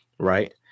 Right